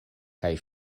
kaj